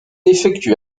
effectue